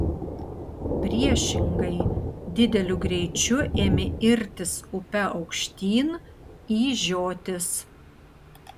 priešingai dideliu greičiu ėmė irtis upe aukštyn į žiotis